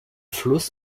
fluss